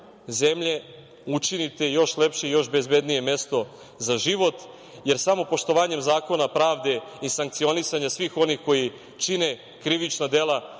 učinite još lepše i još bezbednije mesto za život, jer samo poštovanjem zakona, pravde i sankcionisanjem svih onih koji čine krivična dela,